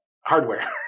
hardware